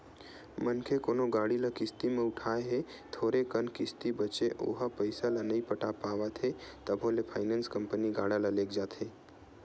मनखे कोनो गाड़ी ल किस्ती म उठाय हे थोरे कन किस्ती बचें ओहा पइसा ल नइ पटा पावत हे तभो ले फायनेंस कंपनी गाड़ी ल लेग जाथे